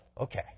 Okay